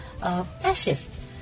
Passive